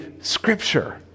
scripture